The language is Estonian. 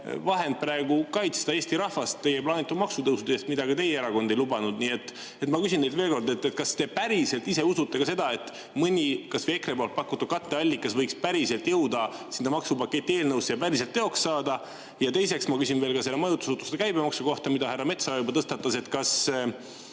vahend kaitsta Eesti rahvast teie plaanitud maksutõusude eest, mida ka teie erakond ei lubanud. Ma küsin veel kord: kas te päriselt ise usute seda, et mõni, kas või EKRE poolt pakutud katteallikas võiks päriselt jõuda sinna maksupaketi eelnõusse ja päriselt teoks saada? Ja teiseks ma küsin veel selle majutusasutuste käibemaksu kohta, mida härra Metsoja juba tõstatas.